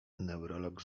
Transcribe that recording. neurolog